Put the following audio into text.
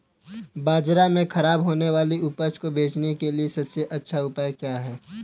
बाजार में खराब होने वाली उपज को बेचने के लिए सबसे अच्छा उपाय क्या है?